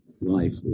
life